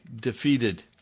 defeated